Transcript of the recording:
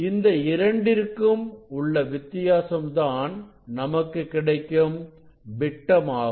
இந்த இரண்டிற்கும் உள்ள வித்தியாசம் தான் நமக்கு கிடைக்கும் விட்டமாகும்